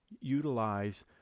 utilize